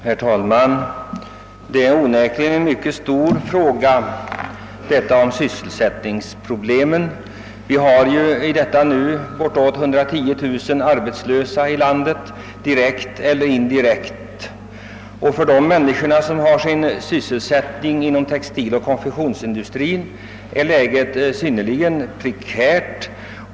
Herr talman! Sysselsättningproblemet är onekligen en mycket stor fråga. Vi har för närvarande bortåt 110 000 arbetslösa, direkt eller indirekt, i vårt land, och för de människor som har sin sysselsättning inom textiloch konfektionsindustrin är läget synnerligen prekärt.